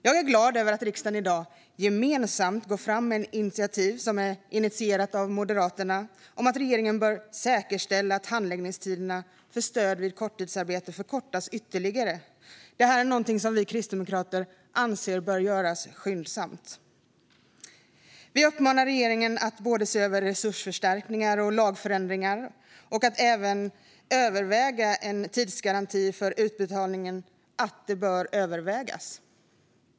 Jag är därför glad över att riksdagen i dag gemensamt går fram med ett initiativ, som ursprungligen kom från Moderaterna, om att regeringen ska säkerställa att handläggningstiderna för stöd vid korttidsarbete förkortas ytterligare. Detta är något som vi kristdemokrater anser bör göras skyndsamt. Vi uppmanar regeringen att se över både resursförstärkningar och lagändringar och att överväga en tidsgaranti för utbetalning.